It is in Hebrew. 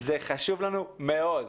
זה חשוב לנו מאוד.